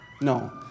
No